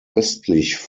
östlich